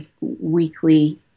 weekly